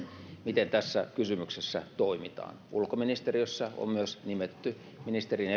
miten tässä kysymyksessä toimitaan ulkoministeriössä on myös nimetty ministerin